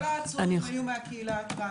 נציין שכל העצורים היו מהקהילה הטרנסית.